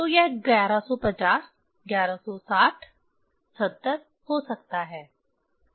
तो यह 1150 1160 70 हो सकता है कुछ भी निर्भर करता है